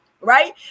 right